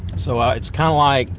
so ah it's kinda like,